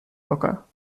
locker